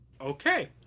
Okay